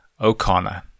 O'Connor